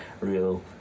real